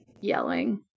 yelling